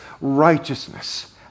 righteousness